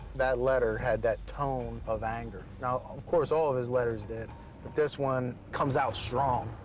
that letter had that tone of anger. now, of course, all of his letters did, but this one comes out strong.